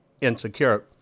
insecure